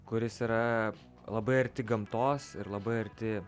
kuris yra labai arti gamtos ir labai arti